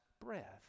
breath